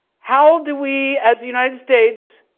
how do we as the united states,